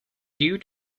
due